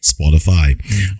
Spotify